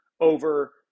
over